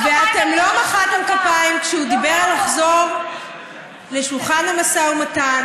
ואתם לא מחאתם כפיים כשהוא דיבר על לחזור לשולחן המשא ומתן,